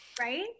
right